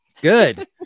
Good